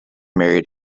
married